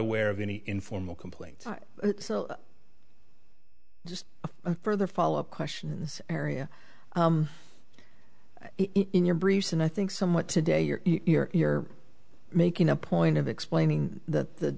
aware of any informal complaint just further follow up questions area in your briefs and i think somewhat today you're you're you're making a point of explaining the